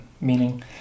Meaning